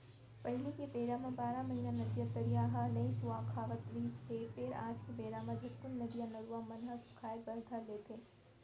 पहिली के बेरा म बारह महिना नदिया, तरिया ह नइ सुखावत रिहिस हे फेर आज के बेरा म झटकून नदिया, नरूवा मन ह सुखाय बर धर लेथे